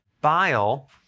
Bile